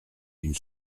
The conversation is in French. une